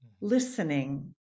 listening